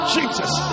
Jesus